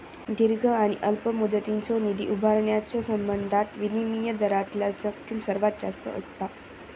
दीर्घ आणि अल्प मुदतीचो निधी उभारण्याच्यो संबंधात विनिमय दरातला जोखीम सर्वात जास्त असता